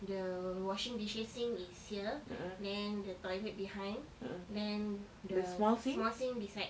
the washing dishes sink is here then the toilet behind then the small sink beside